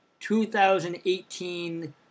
2018